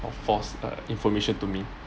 or false uh information to me